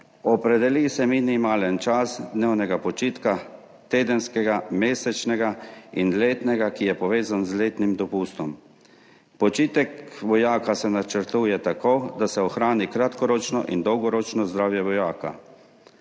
Opredeli se minimalen čas dnevnega počitka, tedenskega, mesečnega in letnega, ki je povezan z letnim dopustom. Počitek vojaka se načrtuje tako, da se ohrani kratkoročno in dolgoročno zdravje vojaka.